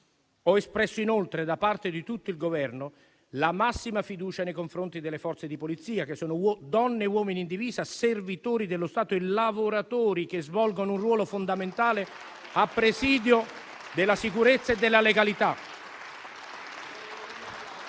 Ho espresso inoltre, da parte di tutto il Governo, la massima fiducia nei confronti delle Forze di polizia, che sono donne e uomini in divisa, servitori dello Stato e lavoratori che svolgono un ruolo fondamentale a presidio della sicurezza e della legalità.